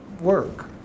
work